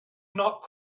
not